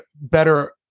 better